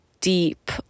deep